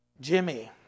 Jimmy